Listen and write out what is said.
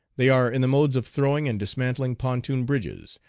they are in the modes of throwing and dismantling pontoon bridges,